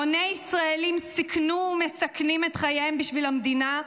המוני ישראלים סיכנו ומסכנים את חייהם בשביל המדינה,